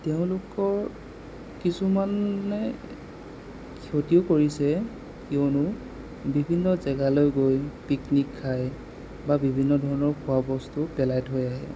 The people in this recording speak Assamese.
তেওঁলোকৰ কিছুমানে ক্ষতিও কৰিছে কিয়নো বিভিন্ন জেগালৈ গৈ পিকনিক খাই বা বিভিন্ন ধৰণৰ খোৱা বস্তু পেলাই থৈ আহে